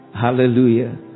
Hallelujah